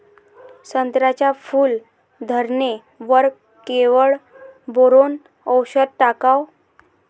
संत्र्याच्या फूल धरणे वर केवढं बोरोंन औषध टाकावं?